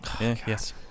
Yes